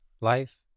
life